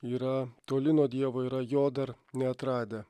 yra toli nuo dievo yra jo dar neatradę